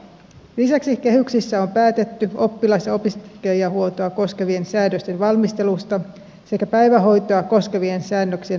lisäksi kehyksissä on päätetty oppilas ja opiskelijahuoltoa koskevien säädösten valmistelusta sekä päivähoitoa koskevien säännöksien uudistamisesta